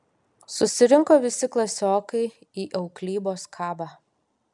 susirinko visi klasiokai į auklybos kabą